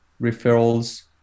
referrals